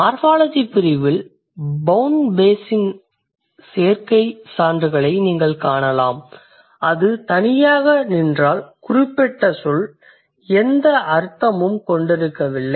morphology பிரிவில் bound base இன் சேர்க்கை சான்றுகளை நீங்கள் காணலாம் அது தனியாக நின்றால் குறிப்பிட்ட சொல் எந்த அர்த்தமும் கொண்டிருக்கவில்லை